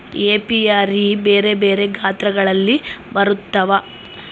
apiary ಬೆರೆ ಬೆರೆ ಗಾತ್ರಗಳಲ್ಲಿ ಬರುತ್ವ